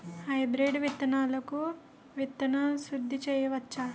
Hybrid విత్తనాలకు విత్తన శుద్ది చేయవచ్చ?